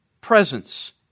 presence